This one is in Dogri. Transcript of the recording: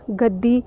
गद्दी